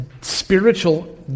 spiritual